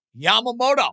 Yamamoto